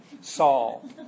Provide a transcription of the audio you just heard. Saul